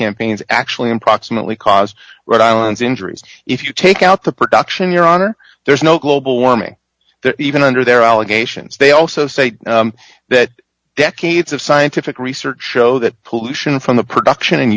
campaigns actually in proximately cause rhode island's injuries if you take out the production your honor there's no global warming there even under their allegations they also say that decades of scientific research show that pollution from the production and